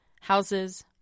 houses